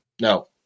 No